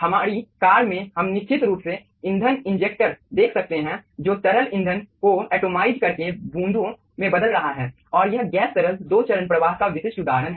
हमारी कार में हम निश्चित रूप से ईंधन इंजेक्टर देख सकते हैं जो तरल ईंधन को एटोमाइज करके बूंदों में बदल रहा है और यह गैस तरल दो चरण प्रवाह का विशिष्ट उदाहरण है